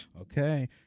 Okay